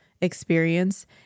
experience